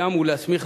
סוגיה זו,